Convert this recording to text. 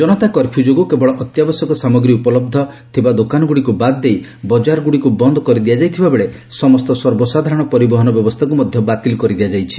ଜନତା curfew ଯୋଗୁଁ କେବଳ ଅତ୍ୟାବଶ୍ୟକ ସାମଗ୍ରୀ ଉପଲବ୍ଧ ଥିବା ଦୋକାନଗ୍ରଡିକ୍ ବାଦ୍ ଦେଇ ବଜାରଗ୍ରଡିକ୍ ବନ୍ଦ କରିଦିଆଯାଇଥିବା ବେଳେ ସମସ୍ତ ସର୍ବସାଧାରଣ ପରିବହନ ବ୍ୟବସ୍ଥାକ୍ର ମଧ୍ୟ ବାତିଲ କରିଦିଆଯାଇଛି